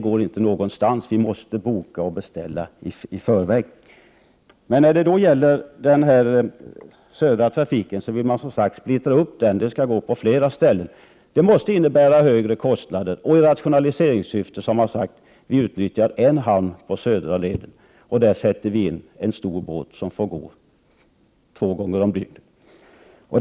Man måste boka och beställa i förväg. Om man nu splittrar upp den södra trafiken till flera ställen måste det innebära högre kostnader. I rationaliseringssyfte har man sagt: Vi utnyttjar en hamn på södra leden och sätter in en stor båt, som får gå två gånger om dygnet.